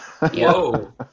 Whoa